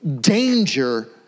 danger